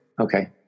okay